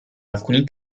alcuni